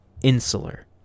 insular